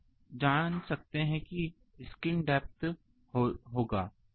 तो आप जान सकते हैं कि स्किन डेप्थ होगा